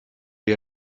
wir